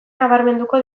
nabarmenduko